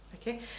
okay